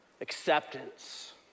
acceptance